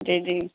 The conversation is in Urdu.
جی جی